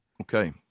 Okay